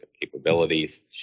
capabilities